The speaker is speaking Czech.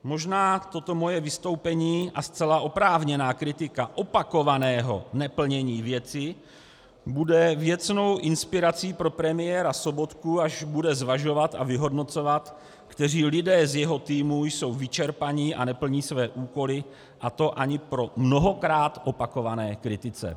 Možná toto moje vystoupení a zcela oprávněná kritika opakovaného neplnění věci bude věcnou inspirací pro premiéra Sobotku, až bude zvažovat a vyhodnocovat, kteří lidé z jeho týmu jsou vyčerpaní a neplní své úkoly, a to ani po mnohokrát opakované kritice.